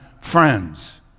friends